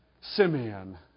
Simeon